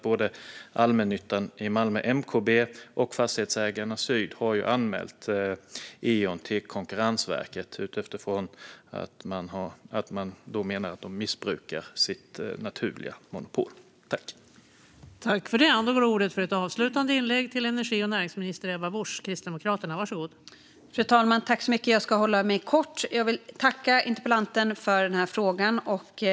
Både allmännyttan i Malmö, MKB, och Fastighetsägarna Syd har anmält Eon till Konkurrensverket utifrån att de menar att man missbrukar sitt naturliga monopol. Det ska bli intressant att se hur det går.